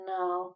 now